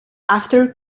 after